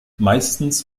meistens